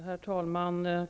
Herr talman!